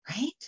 Right